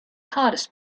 hardest